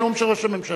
זה נאום של ראש הממשלה.